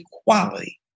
equality